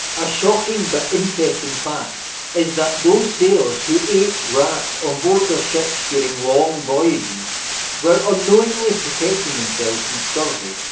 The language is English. a shocking but interestingly fact is that those sailors who ate rats on board their ships during long voyages were unknowingly protecting themselves from scurvy,